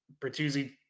Bertuzzi